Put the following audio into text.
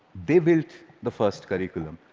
they built the first curriculum,